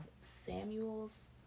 Samuel's